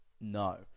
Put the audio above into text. no